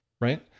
Right